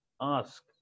ask